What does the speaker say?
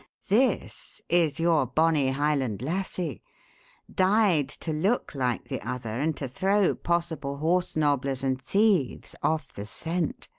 this is your bonny highland lassie dyed to look like the other and to throw possible horse nobblers and thieves off the scent.